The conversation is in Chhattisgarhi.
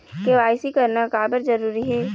के.वाई.सी करना का बर जरूरी हे?